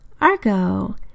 Argo